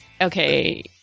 Okay